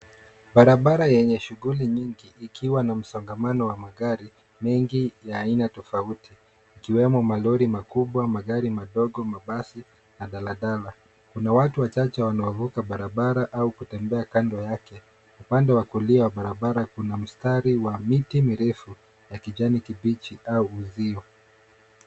Barabara yenye shughuli nyingi ikiwa na msongamano wa magari mengi ya aina tofauti ikiwemo malori makubwa, magari madogo, mabasi na daladala. Kuna watu wachache wanaovuka barabara au kutembea kando yake. Upande wa kulia wa barabara kuna mstari wa miti mirefu ya kijani kibichi au uzio.